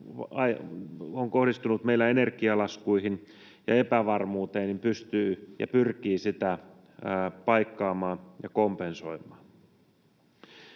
on kohdistunut meillä energialaskuihin ja epävarmuuteen. Tätä se pyrkii paikkaamaan ja kompensoimaan.